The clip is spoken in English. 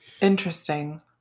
Interesting